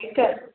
Keith